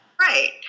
Right